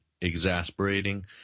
exasperating